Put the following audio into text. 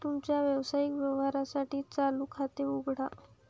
तुमच्या व्यावसायिक व्यवहारांसाठी चालू खाते उघडा